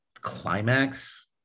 climax